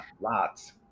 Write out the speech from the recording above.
lots